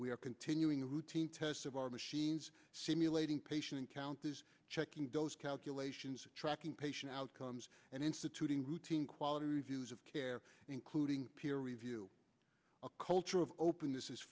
we are continuing the routine tests of our machines simulating patient encounters checking those calculations tracking patient outcomes and instituting routine quality reviews of care including peer review a culture of open